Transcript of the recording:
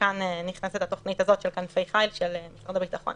וכאן נכנסת התוכנית הזאת "כנפי חיל" של משרד הביטחון.